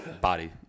body